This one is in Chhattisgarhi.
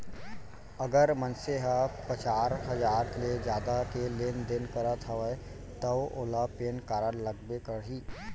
अगर मनसे ह पचार हजार ले जादा के लेन देन करत हवय तव ओला पेन कारड लगबे करही